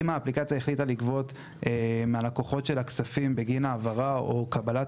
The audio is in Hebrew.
אם האפליקציה החליטה לגבות מהלקוחות שלה כספים בגין העברה או קבלת